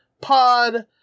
pod